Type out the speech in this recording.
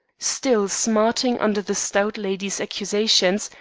still smarting under the stout lady's accusations,